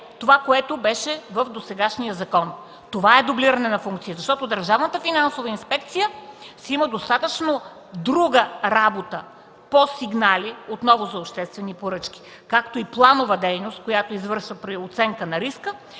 това, което беше в досегашния закон. Това е дублиране на функции! Защото Държавната финансова инспекция си има достатъчно друга работа по сигнали отново за обществени поръчки, както и планова дейност, която извършва при оценка на риска,